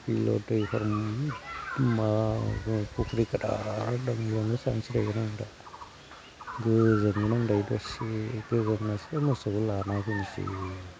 बिलोआव दैफोर मोनो मा फुख्रि गेदेर दं बेयावनो सानस्रिहैगोन आं दा गोजोनगोन आं गोजांनासो मोसौखौ लाना फैनोसै